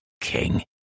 king